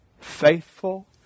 faithful